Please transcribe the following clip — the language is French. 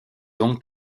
don